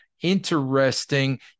Interesting